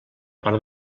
per